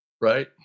right